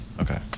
Okay